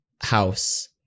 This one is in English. house